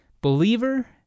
Believer